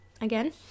Again